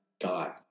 God